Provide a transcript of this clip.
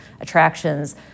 attractions